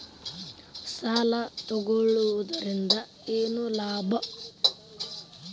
ಸಾಲ ತಗೊಳ್ಳುವುದರಿಂದ ಏನ್ ಲಾಭ?